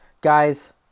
Guys